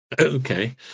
Okay